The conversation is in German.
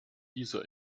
dieser